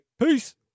Peace